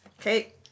Okay